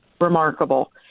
remarkable